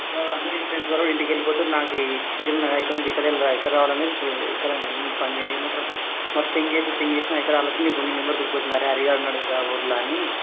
అందరూ వాళ్ళ వాళ్ళ ఇంటికి వెళ్ళిపోతున్నారు నాకు సిటీలో ఉన్నాను కదా ఎక్కడి నుండి ఎక్కడ వెళ్ళాలి ఎక్కడికి రావాలని అనేది ఇప్పుడు ఎక్కడ నిమ్ పన్ దీన్ని ఏమంటారు మరి థింక్ చేసినా థింక్ చేసినా ఎక్కడ ఆలోచన నీ నెంబర్ గుర్తుకొచ్చింది అరే హరిగాడు ఉన్నాడు కదా ఊరులో అని